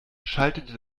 schaltete